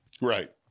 Right